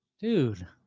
Dude